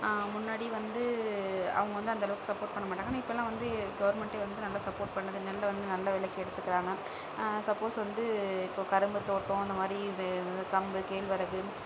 முன்னாடி வந்து அவங்க வந்து அந்தளவுக்கு சப்போர்ட் பண்ணமாட்டாங்க ஆனால் இப்போல்லாம் வந்து கவர்மெண்ட்டு வந்து நல்லா சப்போர்ட் பண்ணுது நெல்லை வந்து நல்ல விலைக்கு எடுத்துக்கிறாங்க சப்போஸ் வந்து இப்போது கரும்புத்தோட்டம் அந்தமாதிரி இது வந்து கம்பு கேழ்வரகு